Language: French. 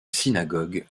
synagogue